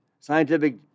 scientific